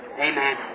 Amen